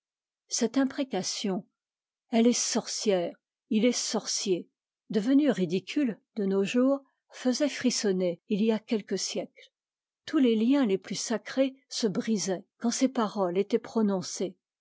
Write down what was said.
cette imprécation elle est orcm'e est sorcier devenue ridicule de nos jours faisait frissonner il y a quelques siècles tous les liens les plus sacrés se brisaient quand ces paroles étaient prononcées